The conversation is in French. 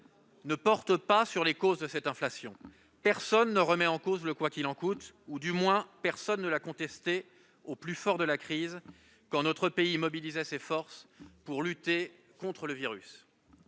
ne porte pas sur les causes de cette inflation. Personne ne remet en cause le « quoi qu'il en coûte ». Nos impôts ! Du moins, personne ne l'a contesté au plus fort de la crise, quand notre pays mobilisait ses forces pour lutter contre le virus.